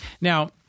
Now